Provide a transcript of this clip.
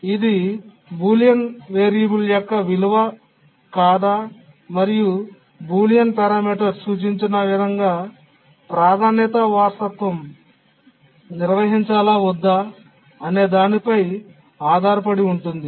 ఇది Boolean variable యొక్క విలువ కాదా మరియు బూలియన్ పరామితి సూచించిన విధంగా ప్రాధాన్యత వారసత్వం నిర్వహించాలా వద్దా అనే దానిపై ఆధారపడి ఉంటుంది